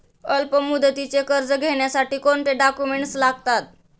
अल्पमुदतीचे कर्ज घेण्यासाठी कोणते डॉक्युमेंट्स लागतात?